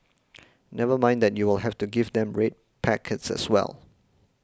never mind that you will have to give them red packets as well